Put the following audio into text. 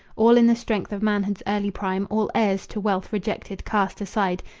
all in the strength of manhood's early prime, all heirs to wealth rejected, cast aside,